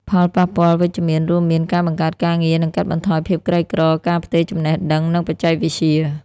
ផលប៉ះពាល់វិជ្ជមានរួមមាន ការបង្កើតការងារ និងកាត់បន្ថយភាពក្រីក្រ ការផ្ទេរចំណេះដឹង និងបច្ចេកវិទ្យា។